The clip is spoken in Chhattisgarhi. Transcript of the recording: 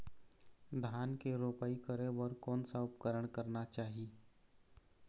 धान के रोपाई करे बर कोन सा उपकरण करना चाही?